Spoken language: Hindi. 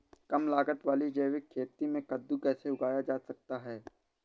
कम लागत वाली जैविक खेती में कद्दू कैसे लगाया जा सकता है?